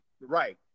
Right